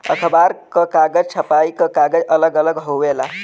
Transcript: अखबार क कागज, छपाई क कागज अलग अलग होवेला